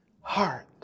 heart